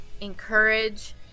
encourage